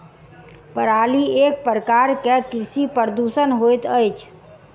पराली एक प्रकार के कृषि प्रदूषण होइत अछि